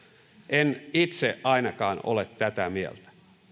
en itse ainakaan ole tätä mieltä